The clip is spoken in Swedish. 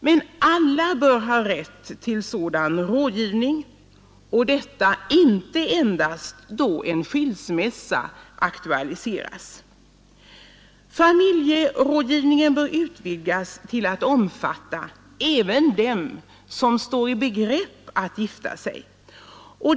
Men alla bör ha rätt till sådan rådgivning, och detta inte endast då en skilsmässa aktualiseras. Familjerådgivningen bör utvidgas till att omfatta även dem som står i begrepp att gifta sig.